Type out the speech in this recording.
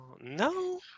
no